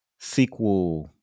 SQL